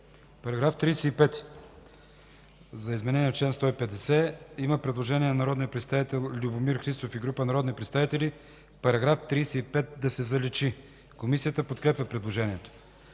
Параграф 35 –изменение в чл. 150. Предложение на народния представител Любомир Христов и група народни представители –§ 35 да се заличи. Комисията подкрепя предложението.